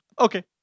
Okay